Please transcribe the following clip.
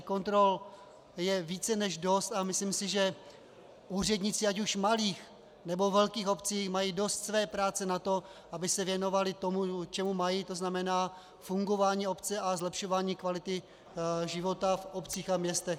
Kontrol je více než dost a myslím si, že úředníci ať už malých, nebo velkých obcí mají dost své práce na to, aby se věnovali tomu, čemu mají, to znamená fungování obce a zlepšování kvality života v obcích a městech.